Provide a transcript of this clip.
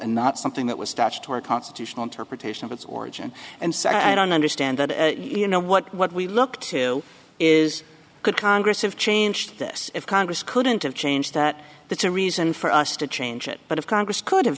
and not something that was statutory constitutional interpretation of its origin and so i don't understand that you know what what we look to is could congress have changed this if congress couldn't have changed that that's a reason for us to change it but of congress could have